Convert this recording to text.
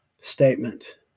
statement